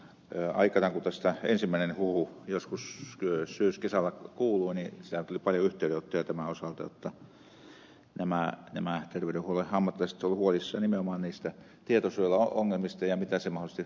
aikanaan kun tästä ensimmäinen huhu joskus syyskesällä kuului silloinhan tuli paljon yhteydenottoja tämän osalta jotta nämä terveydenhuollon ammattilaiset olivat huolissaan nimenomaan niistä tietosuojaongelmista ja mitä se mahdollisesti merkitsee tässä